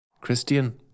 Christian